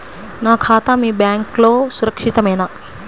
నా ఖాతా మీ బ్యాంక్లో సురక్షితమేనా?